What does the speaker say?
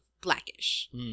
Blackish